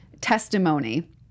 testimony